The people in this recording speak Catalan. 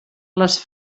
les